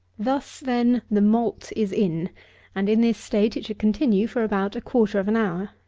thus, then, the malt is in and in this state it should continue for about a quarter of an hour.